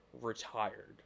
retired